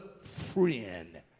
friend